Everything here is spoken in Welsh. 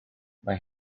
mae